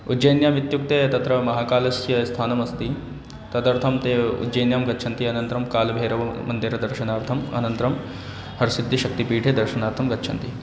उज्जैन्याम् इत्युक्ते तत्र महाकालस्य स्थानमस्ति तदर्थं ते उज्जैन्यां गच्छन्ति अनन्तरं कालभैरवमन्दिरदर्शनार्थम् अनन्तरं हर्सिद्धिशक्तिपीठे दर्शनार्थं गच्छन्ति